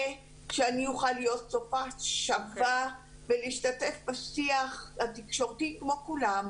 שאני אוכל להיות צופה שווה ולהשתתף בשיח התקשורתי כמו כולם.